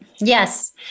Yes